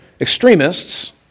extremists